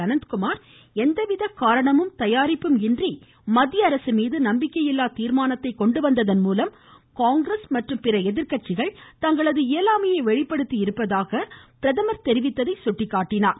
அனந்த்குமார் எந்தவித காரணமும் தயாரிப்பும் இன்றி மத்திய அரசு மீது நம்பிக்கையில்லா தீர்மானத்தை கொண்டு வந்ததன் மூலம் காங்கிரஸ் மற்றும் பிற எதிர்க்கட்சிகள் தங்களது இயலாமையை வெளிப்படுத்தி இருப்பதாக பிரதமர் தெரிவித்ததை சுட்டிக்காட்டினார்